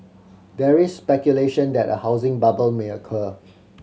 there is speculation that a housing bubble may occur